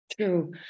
True